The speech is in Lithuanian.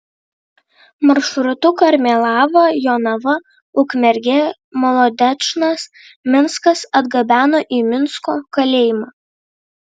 maršrutu karmėlava jonava ukmergė molodečnas minskas atgabeno į minsko kalėjimą